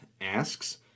asks